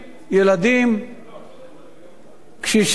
ילדים, קשישים.